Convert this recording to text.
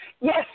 Yes